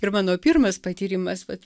ir mano pirmas patyrimas vat